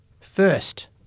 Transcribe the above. First